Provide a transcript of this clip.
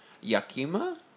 Yakima